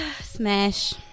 Smash